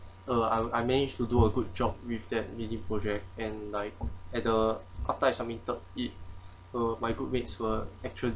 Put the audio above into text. uh I I managed to do a good job with that mini project and like at the after I submitted it uh my group mates were actually